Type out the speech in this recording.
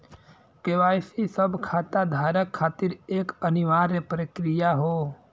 KYC सब खाता धारक खातिर एक अनिवार्य प्रक्रिया हौ